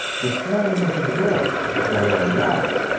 the slamming of a door. or a lock.